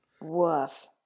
Woof